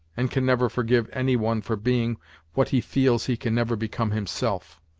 and can never forgive any one for being what he feels he can never become himself.